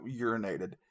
urinated